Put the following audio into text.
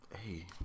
Hey